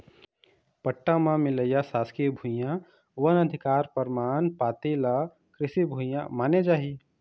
पट्टा म मिलइया सासकीय भुइयां, वन अधिकार परमान पाती ल कृषि भूइया माने जाही